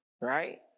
right